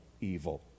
evil